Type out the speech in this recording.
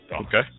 Okay